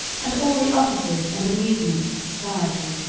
and all the offices and amusements of society.